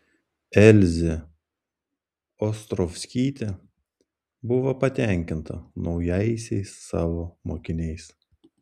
elzė ostrovskytė buvo patenkinta naujaisiais savo mokiniais